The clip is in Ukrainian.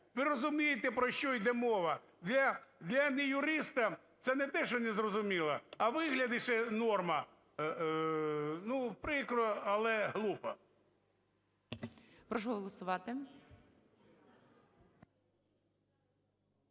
Ви розумієте, про що йде мова! Для неюриста це не те що не зрозуміло, а виглядить ще норма… ну, прикро, але глупо. ГОЛОВУЮЧИЙ. Прошу голосувати.